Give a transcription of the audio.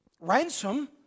Ransom